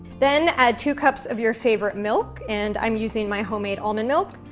then add two cups of your favorite milk, and i'm using my homemade almond milk,